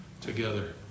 together